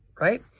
right